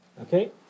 Okay